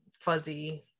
fuzzy